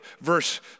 verse